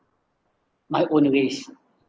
my own a ways